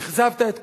אכזבת את כולנו.